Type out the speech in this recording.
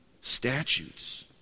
statutes